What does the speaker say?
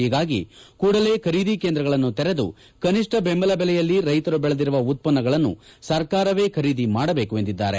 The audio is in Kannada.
ಹೀಗಾಗಿ ಕೂಡಲೇ ಖರೀದಿ ಕೇಂದ್ರಗಳನ್ನು ತೆರೆದು ಕನಿಷ್ಠ ಬೆಂಬಲ ಬೆಲೆಯಲ್ಲಿ ರೈತರು ಬೆಳೆದಿರುವ ಉತ್ತನ್ನಗಳನ್ನು ಸರ್ಕಾರವೇ ಖರೀದಿ ಮಾಡಬೇಕು ಎಂದಿದ್ದಾರೆ